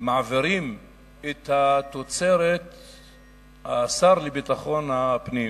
מעבירים את התוצרת השר לביטחון פנים